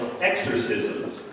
exorcisms